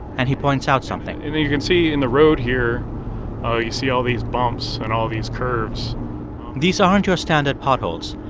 and he points out something and you you can see in the road here ah you see all these bumps and all these curves these aren't your standard potholes.